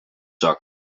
zak